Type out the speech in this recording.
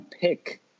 pick